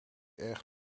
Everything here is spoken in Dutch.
erg